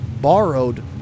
borrowed